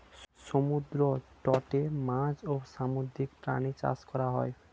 সমুদ্র তটে মাছ এবং সামুদ্রিক প্রাণী চাষ করা হয়